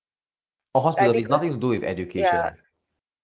oh hospital it's nothing to do with education